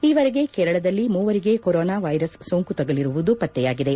ಈವರೆಗೆ ಕೇರಳದಲ್ಲಿ ಮೂವರಿಗೆ ಕೊರೋನಾ ವೈರಸ್ ಸೋಂಕು ತಗುಲಿರುವುದು ಪತ್ತೆಯಾಗಿದೆ